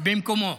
במקומו.